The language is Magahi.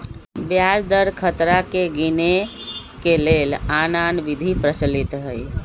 ब्याज दर खतरा के गिनेए के लेल आन आन विधि प्रचलित हइ